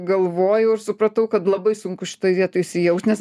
galvojau ir supratau kad labai sunku šitoj vietoj įsijaust nes